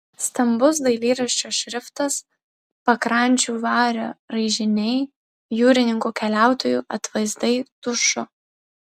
stambus dailyraščio šriftas pakrančių vario raižiniai jūrininkų keliautojų atvaizdai tušu